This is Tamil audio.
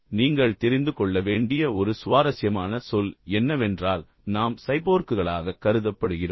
நீங்கள் தெரிந்து கொள்ள வேண்டிய ஒரு சுவாரஸ்யமான சொல் என்னவென்றால் இப்போது நாம் சைபோர்க்குகளாகக் கருதப்படுகிறோம்